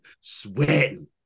sweating